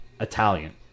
Italian